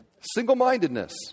Single-mindedness